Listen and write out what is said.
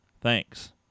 Thanks